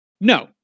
no